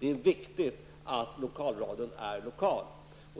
Det är viktigt att lokalradion är lokal.